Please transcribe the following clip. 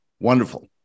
Wonderful